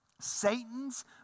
Satan's